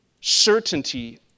certainty